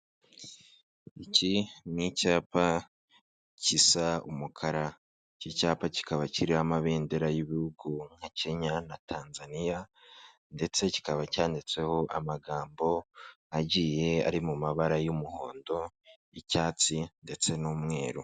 Iki ni icyapa kisa umukara, iki cyapa kikaba kiriho amabendera y'ibihugu, nka Kenya, na Tanzania, ndetse kikaba cyanditseho amagambo agiye ari mu mabara y'umuhondo, y'icyatsi, ndetse n'umweru.